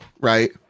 right